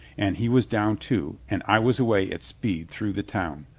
and he was down, too, and i was away at speed through the town.